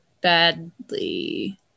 badly